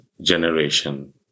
generation